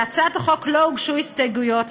להצעת החוק לא הוגשו הסתייגויות,